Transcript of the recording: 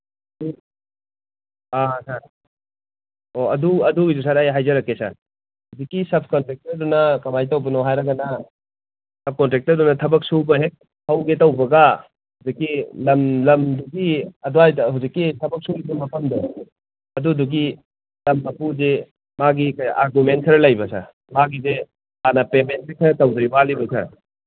ꯎꯝ ꯑ ꯁꯥꯔ ꯑꯣ ꯑꯗꯨ ꯑꯗꯨꯒꯤꯁꯨ ꯁꯥꯔ ꯑꯩ ꯍꯥꯏꯖꯔꯛꯀꯦ ꯁꯥꯔ ꯍꯧꯖꯤꯛꯀꯤ ꯁꯞ ꯀꯣꯟꯇ꯭ꯔꯦꯛꯇꯔꯗꯨꯅ ꯀꯃꯥꯏ ꯇꯧꯕꯅꯣ ꯍꯥꯏꯔꯒꯅ ꯁꯞ ꯀꯣꯟꯇ꯭ꯔꯦꯛꯇꯔꯗꯨꯅ ꯊꯕꯛ ꯁꯨꯕ ꯍꯦꯛ ꯍꯧꯒꯦ ꯇꯧꯕꯒ ꯍꯧꯖꯤꯛꯀꯤ ꯂꯝ ꯂꯝꯗꯨꯒꯤ ꯑꯗ꯭ꯋꯥꯏꯗ ꯍꯧꯖꯤꯛꯀꯤ ꯊꯕꯛ ꯁꯨꯔꯤꯕ ꯃꯐꯝꯗꯣ ꯑꯗꯨꯗꯨꯒꯤ ꯂꯝ ꯃꯄꯨꯁꯦ ꯃꯥꯒꯤ ꯀꯩ ꯑꯥꯔꯒꯨꯃꯦꯟ ꯈꯔ ꯂꯩꯕ ꯁꯥꯔ ꯃꯥꯒꯤꯁꯦ ꯍꯥꯟꯅ ꯄꯦꯃꯦꯟꯁꯦ ꯈꯔ ꯇꯧꯗ꯭ꯔꯤ ꯋꯥꯠꯂꯤꯕ ꯁꯥꯔ